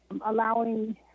allowing